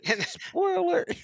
Spoiler